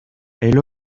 elle